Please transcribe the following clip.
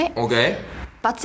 okay